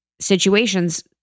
situations